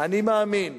אני מאמין